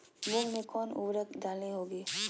मूंग में कौन उर्वरक डालनी होगी?